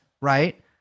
right